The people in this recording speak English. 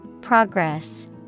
Progress